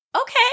Okay